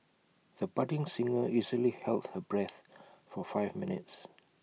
the budding singer easily held her breath for five minutes